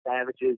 Savages